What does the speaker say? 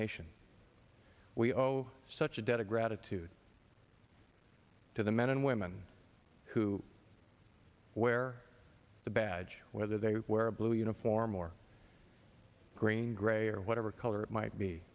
nation we owe such a debt of gratitude to the men and women who wear the badge whether they wear blue uniform or green gray or whatever color might be